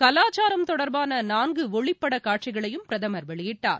கலாச்சாரம் தொடர்பானநான்குஒளிப்படகாட்சிகளையும் பிரதமர் வெளியிட்டார்